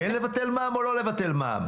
כן לבטל מע"מ או לא לבטל מע"מ?